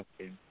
Okay